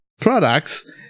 products